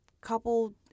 couple